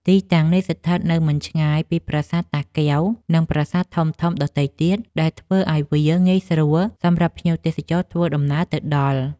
ទីតាំងនេះស្ថិតនៅមិនឆ្ងាយពីប្រាសាទតាកែវ និងប្រាសាទធំៗដទៃទៀត ដែលធ្វើឱ្យវាងាយស្រួលសម្រាប់ភ្ញៀវទេសចរធ្វើដំណើរទៅដល់។